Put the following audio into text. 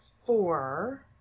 Four